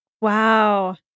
Wow